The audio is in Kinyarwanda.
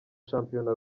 shampiyona